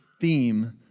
theme